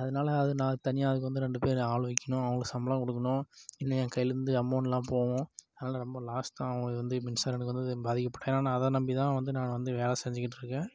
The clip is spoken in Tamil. அதனால அது நான் தனியாக அதுக்கு வந்து ரெண்டு பேர் ஆள் வைக்கணும் அவங்களுக்கு சம்பளம் கொடுக்கணும் இன்னும் ஏன் கையிலயிருந்து அமௌண்ட்லாம் போவும் அதனால ரொம்ப லாஸ்தான் ஆவும் இது வந்து மின்சாரம் எனக்கு வந்து பாதிக்கப்பட்றேன் ஏன்னா நான் அதை நம்பிதான் வந்து நான் வந்து வேலை செஞ்சுக்கிட்டு இருக்கேன்